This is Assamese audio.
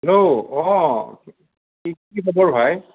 হেল্ল' অ কি খবৰ ভাই